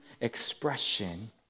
expression